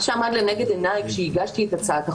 מה שעמד לנגד עיני כשהגשתי את הצעת החוק,